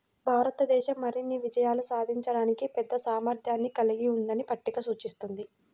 భారతదేశం మరిన్ని విజయాలు సాధించడానికి పెద్ద సామర్థ్యాన్ని కలిగి ఉందని పట్టిక సూచిస్తుంది